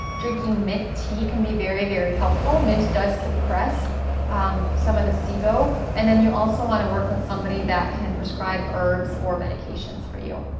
drinking mint tea can be very, very, helpful. mint does suppress um some of the sibo. and then you also wanna work with somebody that can prescribe herbs or medications for you.